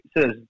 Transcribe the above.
says